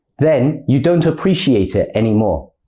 then, you don't appreciate it any more.